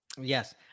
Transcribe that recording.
Yes